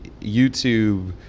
YouTube